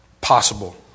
possible